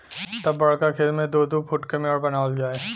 तब बड़का खेत मे दू दू फूट के मेड़ बनावल जाए